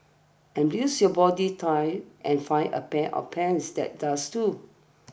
embrace your body type and find a pair of pants that does too